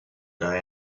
day